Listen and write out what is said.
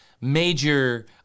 major